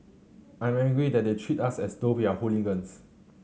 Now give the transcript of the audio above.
I'm angry that they treat us as though we are hooligans